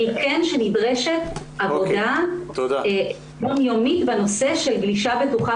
נדרשת עבודה יום יומית בנושא של גלישה בטוחה